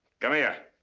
come here.